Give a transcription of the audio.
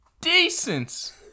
decent